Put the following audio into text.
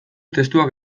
testuak